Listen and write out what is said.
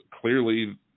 Clearly